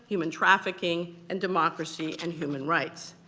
human trafficking, and democracy and human rights.